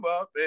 up